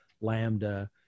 lambda